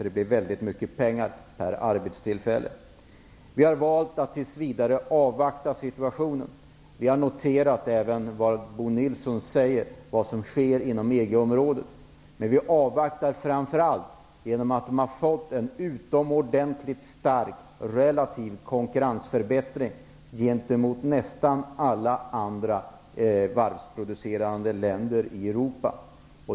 Det blir väldigt mycket pengar per arbetstillfälle. Vi har valt att avvakta situationen tills vidare. Vi har även noterat vad Bo Nilsson säger och vad som sker inom EG-området. Men vi avvaktar framför allt därför att vi har fått en utomordentligt stark relativ konkurrensförbättring gentemot nästan alla andra länder med varvsindustrier i Europa.